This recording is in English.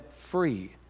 free